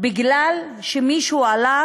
מפני שמישהו עלה